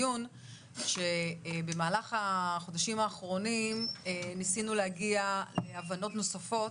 במהלך החודשים האחרונים ניסינו להגיע להבנות נוספות